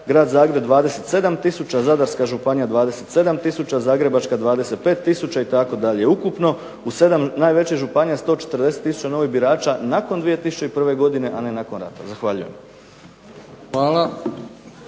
Grad Zagreb 27 tisuća, Zadarska županija 27 tisuća, Zagrebačka 25 tisuća itd. Ukupno u 7 najvećih županija 140 tisuća novih birača nakon 2001. godine, a ne nakon rata. Zahvaljujem.